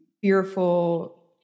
fearful